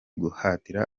guhatira